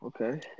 Okay